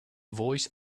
voice